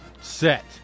Set